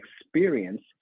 experience